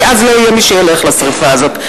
כי אז לא יהיה מי שילך לשרפה הזאת.